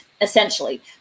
essentially